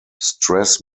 stress